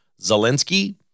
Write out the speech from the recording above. Zelensky